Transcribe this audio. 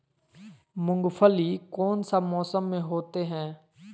मूंगफली कौन सा मौसम में होते हैं?